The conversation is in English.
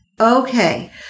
Okay